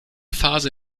phase